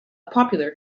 popular